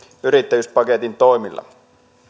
yrittäjyyspaketin toimilla